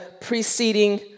preceding